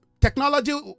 Technology